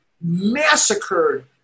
massacred